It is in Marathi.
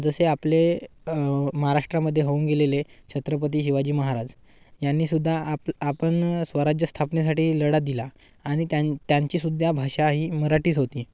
जसे आपले महाराष्ट्रामध्ये होऊन गेलेले छत्रपती शिवाजी महाराज यांनी सुद्धा आप आपण स्वराज्य स्थापनेसाठी लढा दिला आणि त्यां त्यांची सुद्धा भाषा ही मराठीच होती